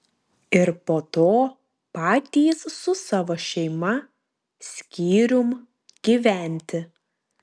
ir po to patys su savo šeima skyrium gyventi